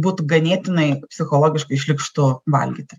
būtų ganėtinai psichologiškai šlykštu valgyti